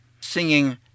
singing